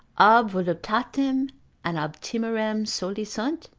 ob voluptatem, an ob timorem soli sunt?